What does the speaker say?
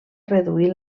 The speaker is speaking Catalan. reduir